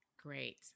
Great